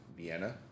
Vienna